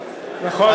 נכון.